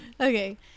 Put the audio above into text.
Okay